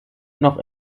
noch